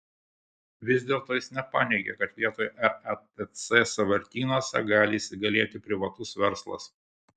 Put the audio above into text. vis dėlto jis nepaneigė kad vietoj ratc sąvartynuose gali įsigalėti privatus verslas